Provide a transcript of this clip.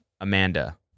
Amanda